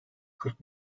kırk